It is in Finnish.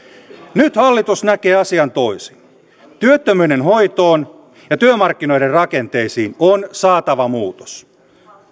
nyt hallitus näkee asian toisin työttömyyden hoitoon ja työmarkkinoiden rakenteisiin on saatava muutos